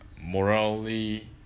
morally